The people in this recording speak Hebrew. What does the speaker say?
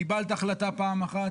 קיבלת החלטה פעם אחת,